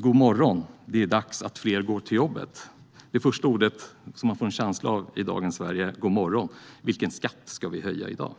"god morgon, det är dags att fler går till jobbet", utan "god morgon, vilken skatt ska vi höja i dag?".